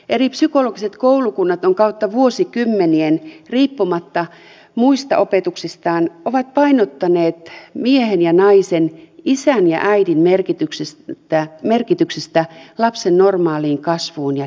eri psykologiset koulukunnat ovat kautta vuosikymmenien riippumatta muista opetuksistaan painottaneet miehen ja naisen isän ja äidin merkitystä lapsen normaalissa kasvussa ja kehityksessä